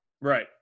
Right